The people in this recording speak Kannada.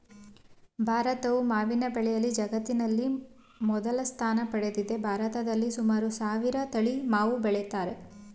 ಭಾರತವು ಮಾವಿನ ಬೆಳೆಯಲ್ಲಿ ಜಗತ್ತಿನಲ್ಲಿ ಮೊದಲ ಸ್ಥಾನ ಪಡೆದಿದೆ ಭಾರತದಲ್ಲಿ ಸುಮಾರು ಸಾವಿರ ತಳಿ ಮಾವು ಬೆಳಿತಾರೆ